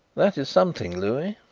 that is something, louis.